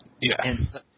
Yes